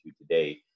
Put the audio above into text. today